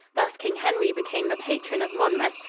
thus king henry became the patron of monmouth,